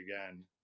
again